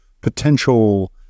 potential